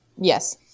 Yes